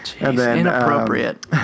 Inappropriate